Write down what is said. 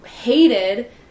hated